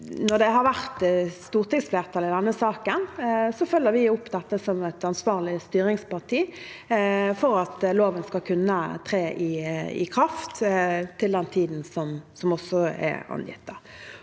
Når det har vært stortingsflertall i denne saken, følger vi det opp som et ansvarlig styringsparti for at loven skal kunne tre i kraft til den tiden som er angitt.